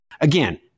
Again